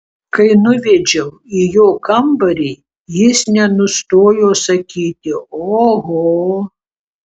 kai nuvedžiau į jo kambarį jis nenustojo sakyti oho